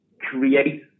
create